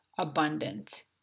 Abundant